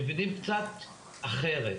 מבינים קצת אחרת,